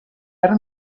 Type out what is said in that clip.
ara